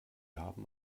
haben